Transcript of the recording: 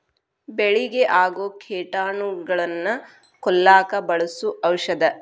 ಬೆಳಿಗೆ ಆಗು ಕೇಟಾನುಗಳನ್ನ ಕೊಲ್ಲಾಕ ಬಳಸು ಔಷದ